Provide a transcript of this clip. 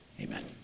Amen